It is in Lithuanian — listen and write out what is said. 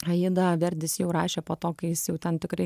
aidą verdis jau rašė po to kai jis jau ten tikrai